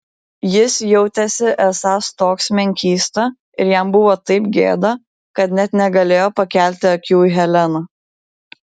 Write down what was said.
jis jautėsi esąs toks menkysta ir jam buvo taip gėda kad net negalėjo pakelti akių į heleną